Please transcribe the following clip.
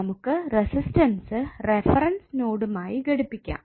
നമുക്ക് resistance reference നോഡുമായിട്ട് ഘടിപ്പിക്കാം